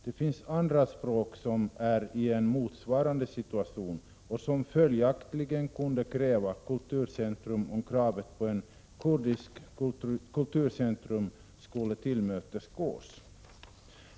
Det finns andra språk som är i motsvarande situation och där man följaktligen kunde kräva kulturcentrum, om kravet på ett kurdiskt kulturcentrum skulle tillmötesgås.